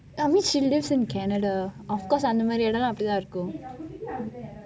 I mean she lives in canada of course அந்த மாதிரியான இடம் அப்படித்தான் இருக்கும்:antha mathiriyaana idam appadithaan irukkum